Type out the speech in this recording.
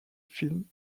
film